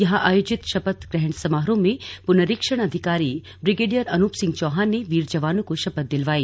यहां आयोजित शपथ ग्रहण समारोह में पुनरीक्षण अधिकारी ब्रिगेडियर अनूप सिंह चौहान ने वीर जवानों को शपथ दिलवाई